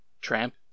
Tramp